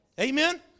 Amen